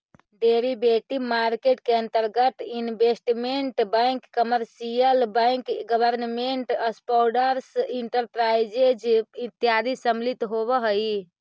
derivative market के अंतर्गत investment bank commercial bank government sponsored enterprises इत्यादि सम्मिलित होवऽ हइ